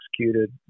executed